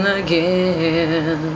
again